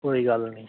कोई गल्ल निं